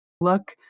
look